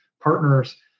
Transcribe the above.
partners